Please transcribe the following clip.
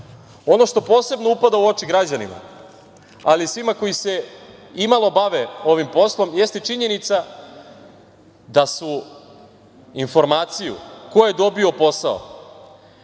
što posebno upada u oči građanima, ali i svima koji se i malo bave ovim poslom, jeste činjenica da su informaciju ko je dobio posao,